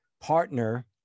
partner